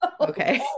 okay